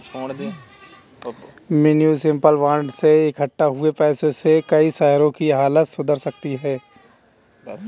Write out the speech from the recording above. municipal bond से इक्कठा हुए पैसों से कई शहरों की हालत सुधर सकती है